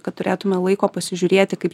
kad turėtume laiko pasižiūrėti kaip